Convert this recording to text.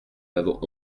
n’avons